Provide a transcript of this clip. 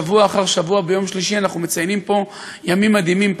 שבוע אחר שבוע ביום שלישי אנחנו מציינים פה ימים מדהימים,